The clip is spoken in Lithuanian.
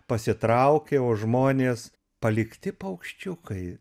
pasitraukė o žmonės palikti paukščiukai